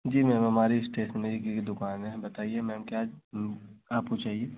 जी ma'am हमारी stationery की एक दुक़ान है बताइए मैम क्या आपको चाहिए